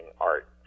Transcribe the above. art